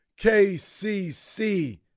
KCC